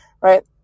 right